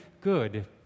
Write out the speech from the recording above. good